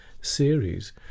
series